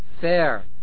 fair